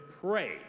pray